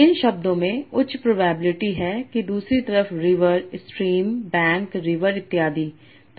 तो इन शब्दों में उच्च प्रोबेबिलिटी है कि दूसरी तरफ रिवर स्ट्रीमबैंकरिवर इत्यादि हैं